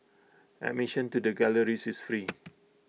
admission to the galleries is free